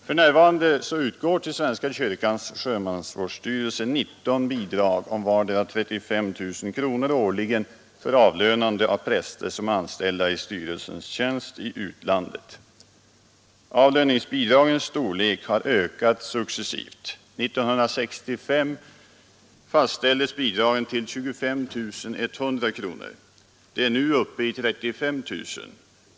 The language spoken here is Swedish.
För närvarande utgår till svenska kyrkans sjömansvårdsstyrelse 19 bidrag om vartdera 35 000 kronor årligen för avlönande av präster som är anställda i styrelsens tjänst i utlandet. Avlöningsbidragens storlek har ökat successivt. År 1965 fastställdes bidragen till 25 100 kronor. De är nu uppe i 35 000 kronor.